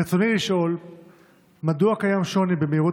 רצוני לשאול: 1. מדוע קיים שוני במהירות